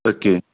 okay